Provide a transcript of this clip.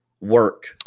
work